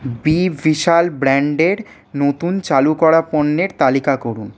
B Vishal ব্র্যান্ডের নতুন চালু করা পণ্যের তালিকা করুন